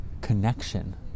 connection